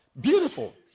beautiful